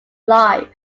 live